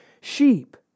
sheep